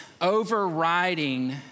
overriding